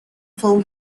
film